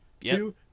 Two